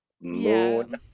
Moon